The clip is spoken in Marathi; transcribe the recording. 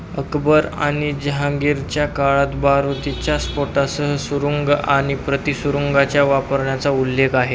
अकबर आणि जहांगीरच्या काळात बारूदीच्या स्फोटकांसह सुरुंग आणि प्रतिसुरुंगांच्या वापराचा उल्लेख आहे